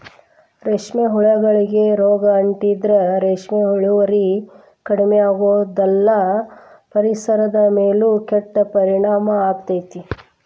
ರೇಷ್ಮೆ ಹುಳಗಳಿಗೆ ರೋಗ ಅಂಟಿದ್ರ ರೇಷ್ಮೆ ಇಳುವರಿ ಕಡಿಮಿಯಾಗೋದಲ್ದ ಪರಿಸರದ ಮೇಲೂ ಕೆಟ್ಟ ಪರಿಣಾಮ ಆಗ್ತೇತಿ